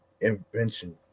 invention